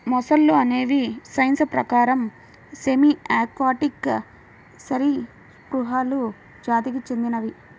మొసళ్ళు అనేవి సైన్స్ ప్రకారం సెమీ ఆక్వాటిక్ సరీసృపాలు జాతికి చెందినవి